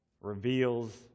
reveals